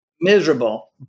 Miserable